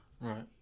Right